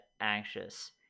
anxious